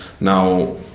Now